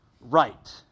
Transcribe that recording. right